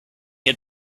had